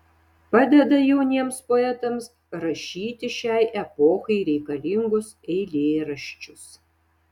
padeda jauniems poetams rašyti šiai epochai reikalingus eilėraščius